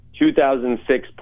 2006